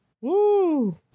Woo